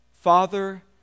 Father